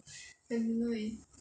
I don't know eh